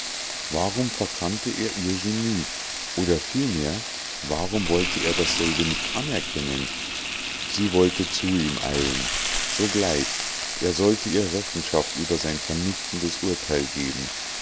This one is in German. warum verkannte er ihr genie oder vielmehr warum wollte er dasselbe nicht anerkennen sie wollte zu ihm eilen sogleich er sollte ihr rechenschaft über sein vernichtendes urteil geben